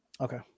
Okay